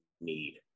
need